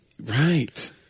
right